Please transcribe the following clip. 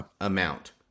amount